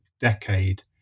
decade